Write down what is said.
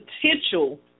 potential